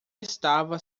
estava